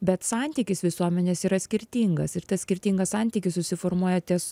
bet santykis visuomenės yra skirtingas ir tas skirtingas santykis susiformuoja ties